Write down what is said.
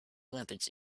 olympics